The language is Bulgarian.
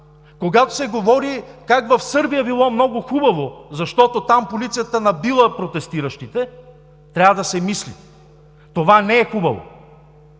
когато се говори как в Сърбия било много хубаво, защото там полицията набила протестиращите, трябва да се мисли. Това не е хубаво!